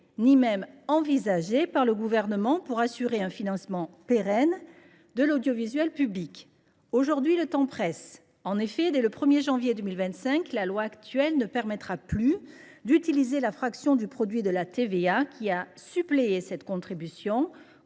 ni même envisagé par le Gouvernement pour assurer un financement pérenne de l’audiovisuel public. Aujourd’hui, le temps presse. En effet, dès le 1 janvier 2025, la loi actuelle ne permettra plus d’utiliser la fraction du produit de la TVA qui a suppléé cette contribution,